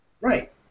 Right